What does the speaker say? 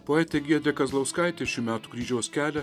poetė giedrė kazlauskaitė šių metų kryžiaus kelią